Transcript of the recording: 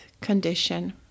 condition